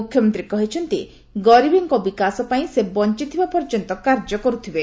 ମୁଖ୍ୟମନ୍ତୀ କହିଛନ୍ତି ଗରିବଙ୍କ ବିକାଶପାଇଁ ସେ ବଞ୍ଚିଥିବା ପର୍ଯ୍ୟନ୍ତ କାର୍ଯ୍ୟ କରୁଥିବେ